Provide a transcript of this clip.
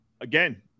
Again